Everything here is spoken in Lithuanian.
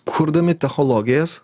kurdami technologijas